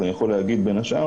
אז אני יכול להגיד בין השאר